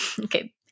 okay